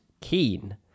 keen